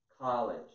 College